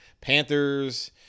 Panthers